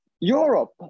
Europe